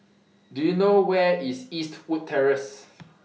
Do YOU know Where IS Eastwood Terrace